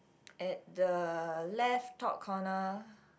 at the left top corner